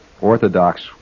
Orthodox